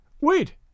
Wait